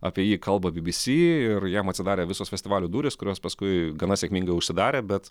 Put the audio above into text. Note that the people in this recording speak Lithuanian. apie jį kalba bi bi si ir jam atsidarė visos festivalių durys kurios paskui gana sėkmingai užsidarė bet